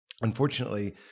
unfortunately